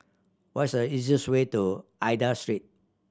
what is the easiest way to Aida Street